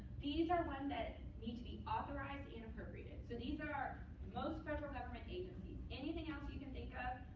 these are ones that need to be authorized and appropriated. so these are most federal government agencies. anything else you can think of,